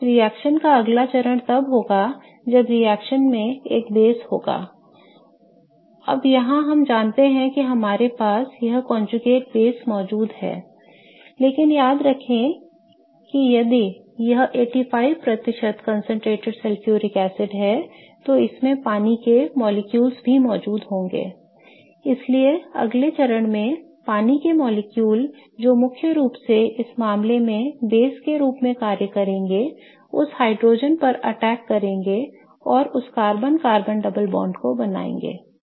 और रिएक्शन का अगला चरण तब होगा जब रिएक्शन में एक बेस होगा अब यहां हम जानते हैं कि हमारे पास वह संयुग्मित बेस मौजूद है लेकिन याद रखें कि यदि यह 85 प्रतिशत concentrated सल्फ्यूरिक एसिड है तो इसमें पानी के अणु भी मौजूद होंगे I इसलिए अगले चरण में पानी के अणु जो मुख्य रूप से इस मामले में बेस के रूप में कार्य करेंगे उस हाइड्रोजन पर अटैक करेंगे और उस कार्बन कार्बन डबल बॉन्ड को बनाएंगे